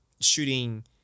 shooting